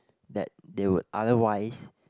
that they would otherwise